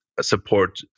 support